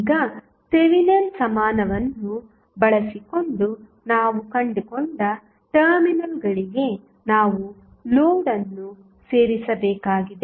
ಈಗ ಥೆವೆನಿನ್ ಸಮಾನವನ್ನು ಬಳಸಿಕೊಂಡು ನಾವು ಕಂಡುಕೊಂಡ ಟರ್ಮಿನಲ್ಗಳಿಗೆ ನಾವು ಲೋಡ್ ಅನ್ನು ಸೇರಿಸಬೇಕಾಗಿದೆ